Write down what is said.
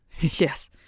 Yes